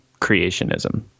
creationism